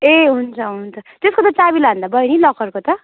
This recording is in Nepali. ए हुन्छ हुन्छ त्यसको त चाबी लाँदा भयो नि लकरको त